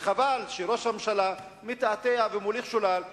וחבל שראש הממשלה מתעתע ומוליך שולל,